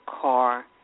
car